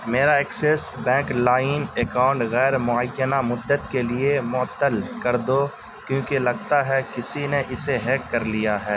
میرا Axis bank لائم account غیر معینہ مدت کے لیے معطل کر دو کیونکہ لگتا ہے کسی نے اسے ہیک کر لیا ہے